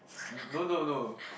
no no no